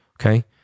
okay